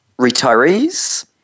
retirees